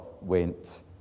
went